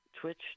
Twitch